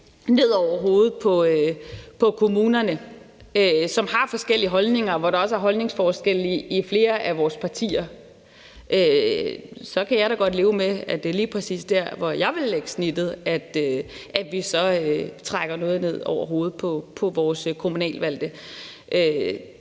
ned over hovedet på kommunerne, som har forskellige holdninger, og hvor der også er holdningsforskelle i flere af vores partier, kan jeg da godt leve med, at det er lige præcis der, hvor jeg ville lægge snittet, at vi så trækker noget ned over hovedet på vores kommunalt valgte.